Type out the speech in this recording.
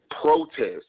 protests